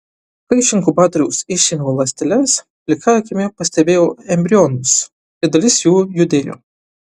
kai iš inkubatoriaus išėmiau ląsteles plika akimi pastebėjau embrionus ir dalis jų judėjo